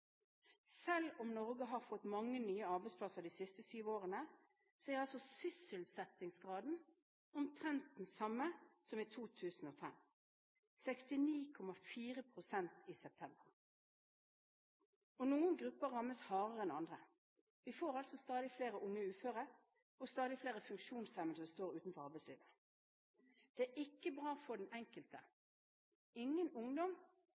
Selv om Norge har fått mange nye arbeidsplasser de siste syv årene, er sysselsettingsgraden omtrent den samme som i 2005 – 69,4 pst. i september. Noen grupper rammes hardere enn andre. Vi får stadig flere unge uføre, og stadig flere funksjonshemmede står utenfor arbeidslivet. Det er ikke bra for den